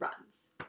runs